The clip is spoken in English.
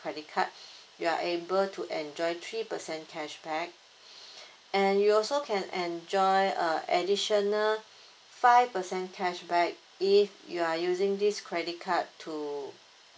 credit card you are able to enjoy three percent cashback and you also can enjoy a additional five percent cashback if you are using this credit card to